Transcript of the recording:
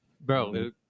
bro